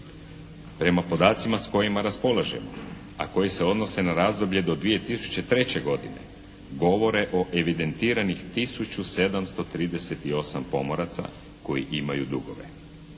Prema podacima s kojima raspolažemo a koji se odnose na razdoblje do 2003. godine govore o evidentiranih 1738 pomoraca koji imaju dugove.